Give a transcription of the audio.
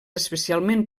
especialment